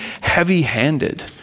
heavy-handed